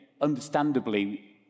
understandably